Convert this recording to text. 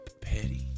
petty